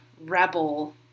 rebel